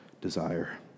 desire